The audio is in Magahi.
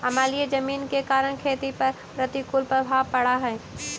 अम्लीय जमीन के कारण खेती पर प्रतिकूल प्रभाव पड़ऽ हइ